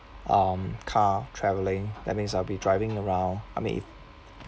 um car travelling that means I'll be driving around I mean if